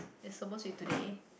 it's supposed to be today